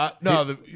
No